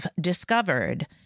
discovered